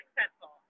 successful